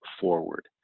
forward